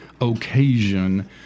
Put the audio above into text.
occasion